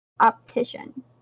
optician